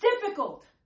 difficult